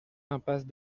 impasse